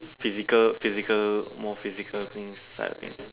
physical physical more physical things type of thing